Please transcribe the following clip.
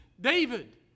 David